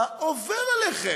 מה עובר עליכם?